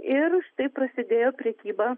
ir taip prasidėjo prekyba